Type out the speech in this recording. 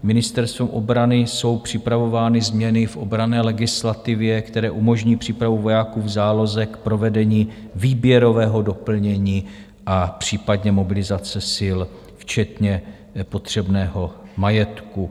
Ministerstvem obrany jsou připravovány změny v obranné legislativě, které umožní přípravu vojáků v záloze k provedení výběrového doplnění a případné mobilizace sil včetně potřebného majetku.